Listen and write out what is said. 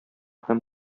һәм